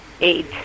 eight